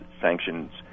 sanctions